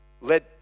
led